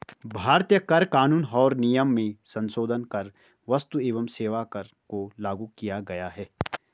भारतीय कर कानून और नियम में संसोधन कर क्स्तु एवं सेवा कर को लागू किया गया है